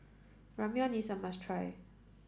Ramyeon is a must try